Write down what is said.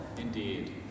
indeed